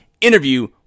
interview